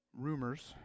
Rumors